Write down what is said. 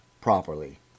properly